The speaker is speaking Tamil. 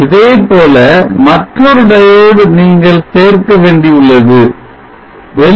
இதேபோல மற்றொரு diode நீங்கள் சேர்க்க வேண்டியுள்ளது வேண்டியுள்ளது